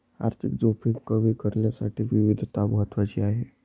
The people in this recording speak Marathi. आर्थिक जोखीम कमी करण्यासाठी विविधता महत्वाची आहे